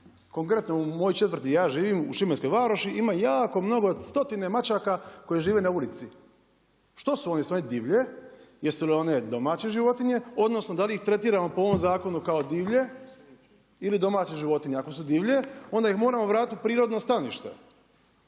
u mojoj četvrti gdje ja živim u Šibenskoj Varoši ima jako mnogo, 100 mačaka koje žive na ulici. Što su one? Jesu one divlje? Jesu li one domaće životinje, odnosno da li ih tretiramo po ovom zakonu kao divlje ili domaće životinje? Ako su divlje, onda ih moramo vratiti u prirodno stanište,